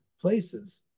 places